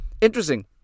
interesting